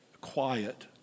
quiet